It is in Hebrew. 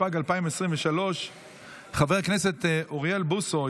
התשפ"ג 2023. חבר הכנסת אוריאל בוסו,